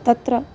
तत्र